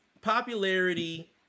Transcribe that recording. Popularity